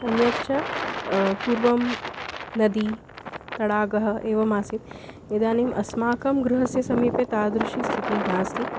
अन्यच्च पूर्वं नदी तडागः एवमासीत् इदानीम् अस्माकं गृहस्य समीपे तादृशी स्थितिः नास्ति